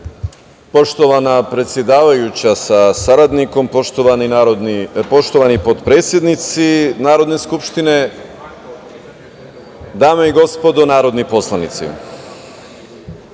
Poštovana predsedavajuća sa saradnikom, poštovani potpredsednici Narodne skupštine, dame i gospodo narodni poslanici,